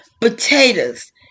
Potatoes